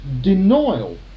denial